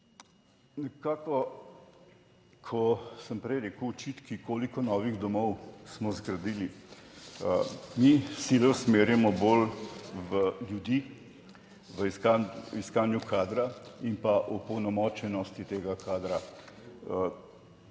ko sem prej rekel, očitki koliko novih domov smo zgradili. Mi sile usmerjamo bolj v ljudi, v iskanju kadra in pa opolnomočenosti tega kadra.